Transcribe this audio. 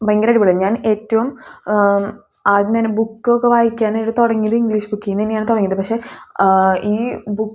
ഭയങ്കര അടിപൊളിയാണ് ഞാൻ ഏറ്റോം ആദ്യം തന്നെ ബുക്കൊക്കെ വായിക്കാനായിട്ട് തുടങ്ങിയത് ഇംഗ്ലീഷ് ബുക്കിൽ നിന്ന് തന്നെയാണ് തുടങ്ങിയത് പക്ഷേ ഈ